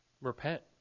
repent